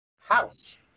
house